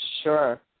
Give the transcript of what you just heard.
sure